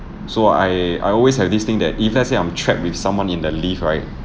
so I I always have this thing that if let's say I'm trapped with someone in the lift right